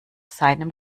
seinem